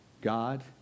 God